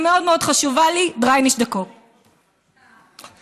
שמאוד מאוד חשובה לי: דריימנישט פאשייניק אין קופ.